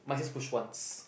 mine says push once